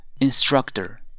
instructor